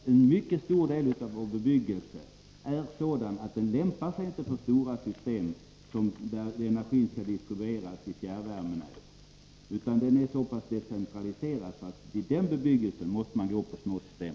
En mycket stor del av vår bebyggelse är sådan att den inte lämpar sig för stora system, där energin skall distribueras i fjärrvärmenät, utan den är så pass decentraliserad att man där måste använda små system.